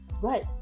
Right